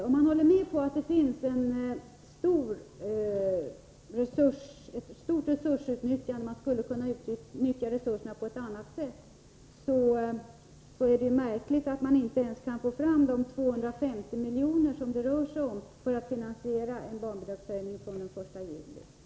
Om man håller med om att det finns stora resurser som skulle kunna utnyttjas på annat sätt än som nu sker, är det ju märkligt att man inte ens kan få fram de 250 miljoner som det rör sig om för att finansiera en barnbidragshöjning från den 1 juli.